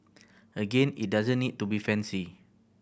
again it doesn't need to be fancy